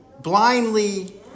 blindly